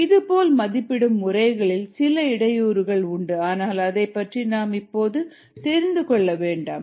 இதுபோல் மதிப்பிடும் முறைகளில் சில இடையூறுகள் உண்டு ஆனால் அதைப் பற்றி நாம் இப்போது தெரிந்து கொள்ள வேண்டாம்